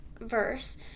verse